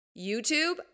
YouTube